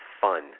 fun